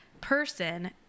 person